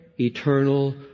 eternal